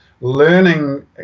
learning